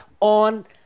on